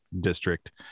district